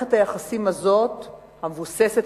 מערכת היחסים הזאת המבוססת,